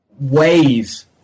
ways